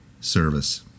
service